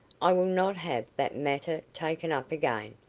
i will not have that matter taken up again.